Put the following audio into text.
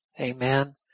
Amen